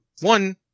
One